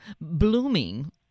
blooming